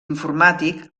informàtic